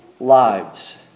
lives